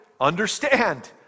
understand